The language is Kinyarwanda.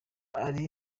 ari